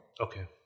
Okay